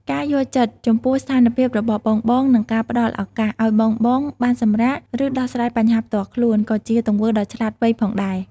ការយល់ចិត្ត ចំពោះស្ថានភាពរបស់បងៗ និង ការផ្ដល់ឱកាស ឱ្យបងៗបានសម្រាក ឬដោះស្រាយបញ្ហាផ្ទាល់ខ្លួន ក៏ជាទង្វើដ៏ឆ្លាតវៃផងដែរ។